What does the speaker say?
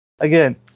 Again